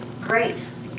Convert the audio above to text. grace